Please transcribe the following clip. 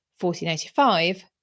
1485